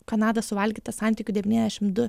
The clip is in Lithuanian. kanada suvalgyta santykiu devyniasdešim du